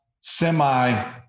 semi